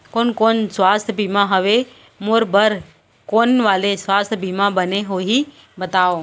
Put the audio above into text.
कोन कोन स्वास्थ्य बीमा हवे, मोर बर कोन वाले स्वास्थ बीमा बने होही बताव?